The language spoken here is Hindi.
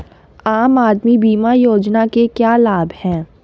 आम आदमी बीमा योजना के क्या लाभ हैं?